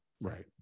right